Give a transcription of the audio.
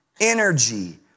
Energy